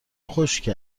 خشک